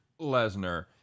Lesnar